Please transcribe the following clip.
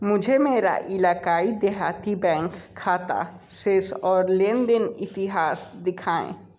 मुझे मेरा इलाक़ाई देहाती बैंक खाता शेष और लेन देन इतिहास दिखाएँ